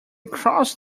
cross